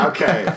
Okay